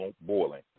boiling